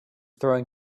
throwing